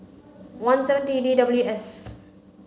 one seven D T W S